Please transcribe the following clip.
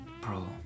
Bro